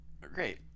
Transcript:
Great